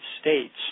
States